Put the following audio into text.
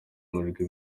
amajwi